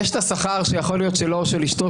יש את השכר שלו או של אשתו,